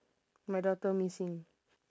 my daughter missing